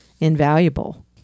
invaluable